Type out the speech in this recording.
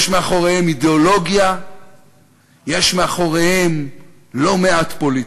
יש מאחוריהם אידיאולוגיה ויש מאחוריהם לא מעט פוליטיקה.